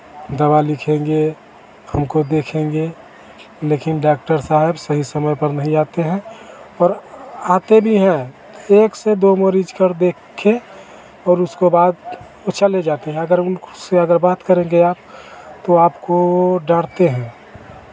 दवा लिखेंगे हमको देखेंगे लेकिन डाक्टर साहब सही समय पर नहीं आते हैं और आते भी हैं एक से दो मरीज कर देखे और उसको बाद वो चले जाते हैं अगर उनको से अगर बात करेंगे आप तो आपको डाँटते हैं